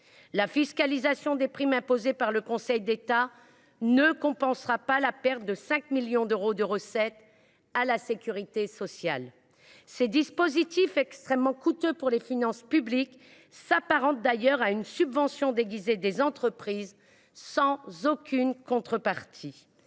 La fiscalisation des primes imposée par le Conseil d’État ne compensera pas la perte de ces 5 milliards d’euros de recettes à la sécurité sociale. Ces dispositifs extrêmement coûteux pour les finances publiques s’apparentent d’ailleurs à une subvention déguisée des entreprises sans aucune contrepartie.